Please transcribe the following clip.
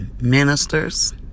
ministers